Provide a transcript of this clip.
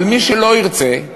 אבל מי שלא ירצה,